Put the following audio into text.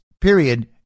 period